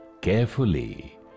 carefully